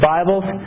Bibles